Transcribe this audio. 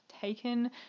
taken